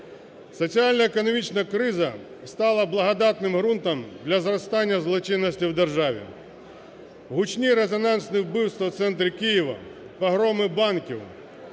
Соціально-економічна криза стала благодатним ґрунтом для зростання злочинності у державі. Гучні резонансні вбивства у центрі Києва, погроми банків,